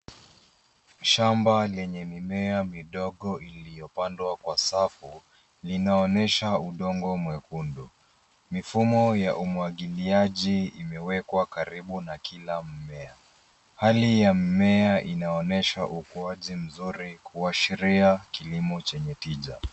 Shamba lenye mimea midogo iliyopandwa kwa safu linaonyesha udongo mwekundu. Mifumo ya umwagiliaji imewekwa karibu na kila mmea. Hali ya mimea inaonyesha ukuaji mzuri kuashiria kilimo chenye tija.